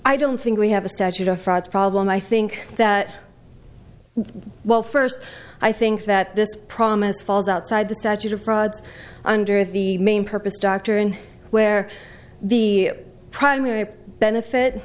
i don't think we have a statute of frauds problem i think that well first i think that this promise falls outside the statute of frauds under the main purpose doctrine where the primary benefit